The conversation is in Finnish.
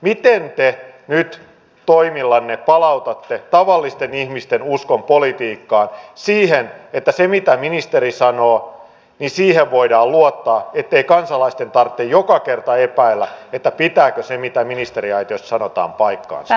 miten te nyt toimillanne palautatte tavallisten ihmisten uskon politiikkaan niin että siihen mitä ministeri sanoo voidaan luottaa ettei kansalaisten tarvitse joka kerta epäillä pitääkö se mitä ministeriaitiossa sanotaan paikkansa